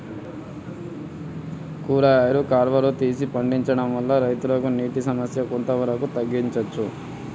కూరగాయలు కాలువలు తీసి పండించడం వల్ల రైతులకు నీటి సమస్య కొంత వరకు తగ్గించచ్చా?